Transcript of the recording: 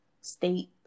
state